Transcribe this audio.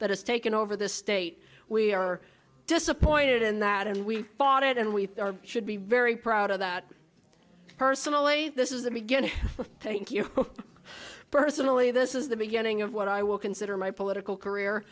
that has taken over this state we are disappointed in that and we bought it and we should be very proud of that personally this is the beginning of thank you personally this is the beginning of what i will consider my political career